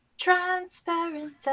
transparent